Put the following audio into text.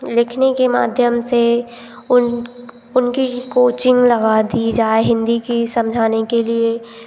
लिखने के माध्यम से उन उनकी कोचिंग लगा दी जाए हिंदी की समझाने के लिए